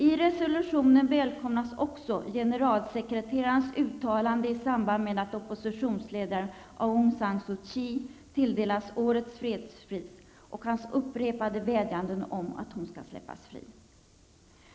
I resolutionen välkomnas också generalsekreterarens uttalande i samband med att oppositionsledaren Aung San Suu Kyi tilldelats årets fredspris och hans upprepade vädjanden om att hon skall släppas fri.